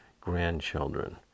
grandchildren